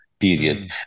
Period